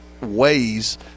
ways